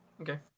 Okay